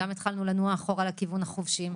גם התחלנו לנוע אחורה לכיוון החובשים.